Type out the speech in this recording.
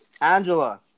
angela